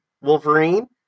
Wolverine